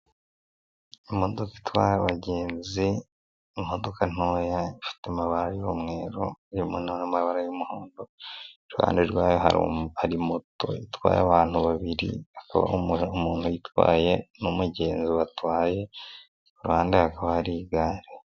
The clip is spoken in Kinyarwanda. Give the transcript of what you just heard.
Imodoka itwara abagenzi, imodoka ntoya ifite amabara y'umweru harimo n'amabara y'umuhondo iruhande rwayo hari moto itwaye abantu babiri hariho umuntu uyitwaye n'umuntu batwaye, iruhande hakaba hari igare.